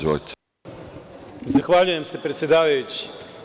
Zahvaljujem se predsedavajući.